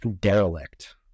derelict